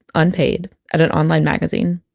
unpaid, at an online magazine.